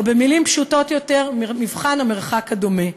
או במילים פשוטות יותר: מבחן המרחק הדומה.